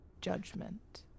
judgment